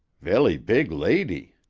velly big lady.